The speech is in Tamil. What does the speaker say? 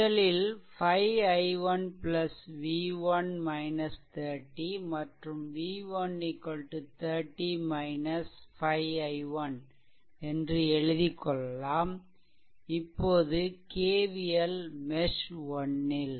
முதலில் 5 i1 v1 30 மற்றும் v1 30 5 i1 என்று எழுதிக்கொள்ளலாம் இப்போது KVL மெஷ் 1 ல்